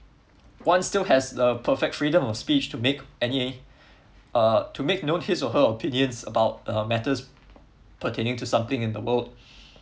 one still has the perfect freedom of speech to make any err to make known his or her opinions about uh matters pertaining on something in the world